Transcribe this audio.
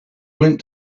went